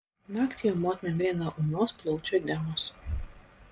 naktį jo motina mirė nuo ūmios plaučių edemos